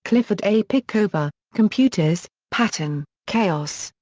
clifford a. pickover, computers, pattern, chaos,